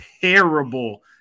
Terrible